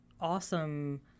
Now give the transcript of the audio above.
awesome